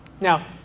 Now